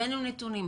הבאנו נתונים,